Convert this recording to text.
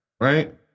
Right